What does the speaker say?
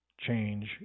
change